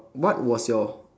what was your